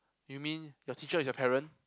you mean your teacher is your parent